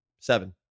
Seven